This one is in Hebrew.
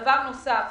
דבר נוסף.